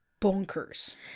bonkers